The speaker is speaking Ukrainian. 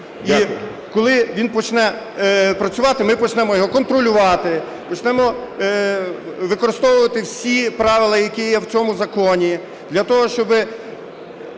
І коли він почне працювати, ми почнемо його контролювати, почнемо використовувати всі правила, які є в цьому законі для того, щоби